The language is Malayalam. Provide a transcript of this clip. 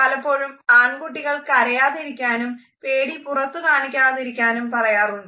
പലപ്പോഴും ആൺകുട്ടികൾ കരയാതിരിക്കാനും പേടി പുറത്തു കാണിക്കാതിരിക്കാനും പറയാറുണ്ട്